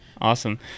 awesome